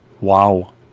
Wow